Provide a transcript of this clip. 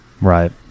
Right